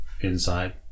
inside